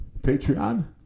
Patreon